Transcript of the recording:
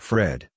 Fred